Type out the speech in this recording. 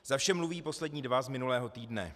Za vše mluví poslední dva z minulého týdne.